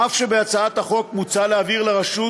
אף שבהצעת החוק מוצע להעביר לרשות